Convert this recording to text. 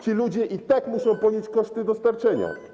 Ci ludzie i tak muszą ponieść koszty dostarczenia.